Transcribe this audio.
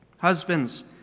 Husbands